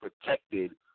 protected